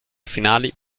finali